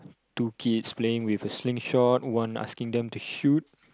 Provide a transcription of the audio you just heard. two kids playing with a slingshot one asking them to shoot